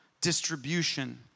distribution